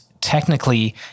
technically